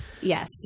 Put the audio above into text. Yes